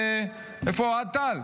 איפה אוהד טל?